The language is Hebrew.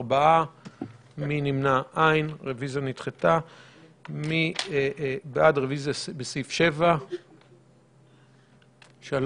4 נמנעים, אין ההסתייגות בסעיף 2 לא אושרה.